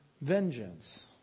vengeance